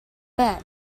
bet